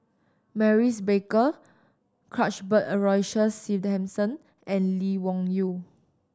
Maurice Baker Cuthbert Aloysius Shepherdson and Lee Wung Yew